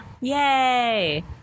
Yay